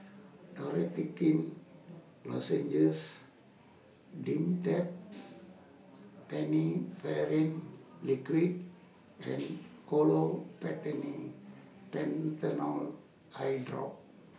Dorithricin Lozenges Dimetapp Phenylephrine Liquid and Olopatadine Patanol Eyedrop